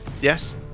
Yes